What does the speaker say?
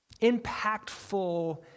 impactful